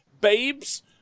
babes